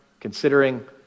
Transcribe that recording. Considering